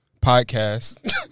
podcast